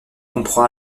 comprend